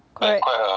correct